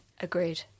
agreed